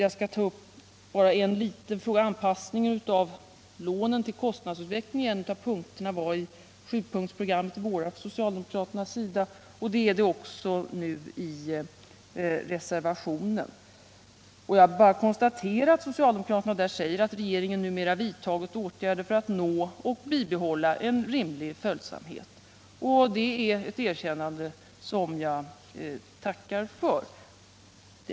Jag skall ytterligare bara ta upp en liten fråga. Anpassningen av lånen till kostnadsutvecklingen var en av punkterna i sjupunktsprogrammet från socialdemokraterna i våras. Den frågan tas också upp nu i reservationen. Jag vill bara konstatera att socialdemokraterna där säger att regeringen numera vidtagit åtgärder för att uppnå och bibehålla en rimlig följsamhet. Det är ett erkännande som jag tackar för.